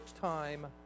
time